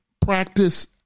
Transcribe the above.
practice